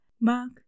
Mark